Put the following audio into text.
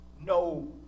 no